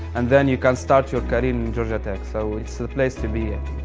and then you can start your career in georgia tech. so it's a place to be at.